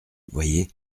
voyez